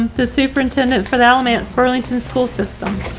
the superintendent for the elements burlington school system.